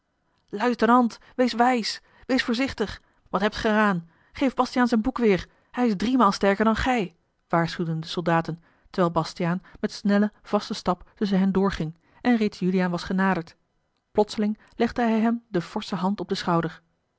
luitenant wees wijs wees voorzichtig wat hebt gij er aan geef bastiaan zijn boek weer hij is driemaal sterker dan gij waarschuwden de soldaten terwijl bastiaan met snellen vasten stap tusschen hen doorging en reeds juliaan was genaderd plotseling legde hij hem de forsche hand op den schouder